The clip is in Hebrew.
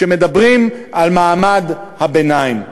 שמדברים על מעמד הביניים: